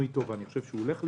איתו ואני חושב שהוא הולך לקראתו,